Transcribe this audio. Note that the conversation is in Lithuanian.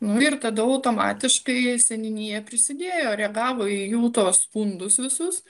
nu ir tada automatiškai seniūnija prisidėjo reagavo į jų tuos skundus visus